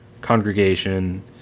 congregation